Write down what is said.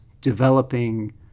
developing